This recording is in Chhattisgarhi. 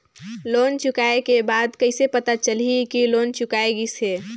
लोन चुकाय के बाद कइसे पता चलही कि लोन चुकाय गिस है?